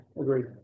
Agreed